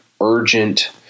urgent